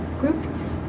group